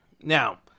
Now